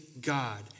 God